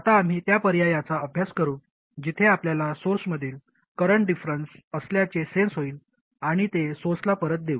आता आम्ही त्या पर्यायाचा अभ्यास करू जिथे आपल्याला सोर्समधील करंट डिफरंन्स असल्याचे सेन्स होईल आणि ते सोर्सला परत देऊ